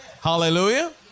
Hallelujah